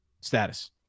status